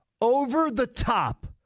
over-the-top